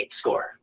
score